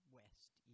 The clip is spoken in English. west